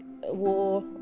war